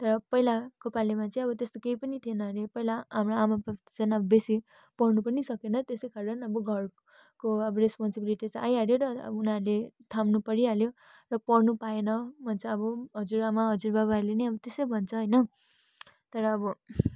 तर पहिलाको पालिमा चाहिँ अब त्यस्तोहरू केही पनि थिएन हरे पहिला हाम्रो आमा पापा बेसी पढ्न पनि सकेन त्यसै कारण अब घरको अब रेस्पोन्सिबिलिटिज् आइहाल्यो र अब उनीहरूले अब थाम्नु परिहाल्यो र पढ्नु पाएन हजुरआमा हजुरबुबाहरूले पनि अब त्यसै भन्छ होइन तर अब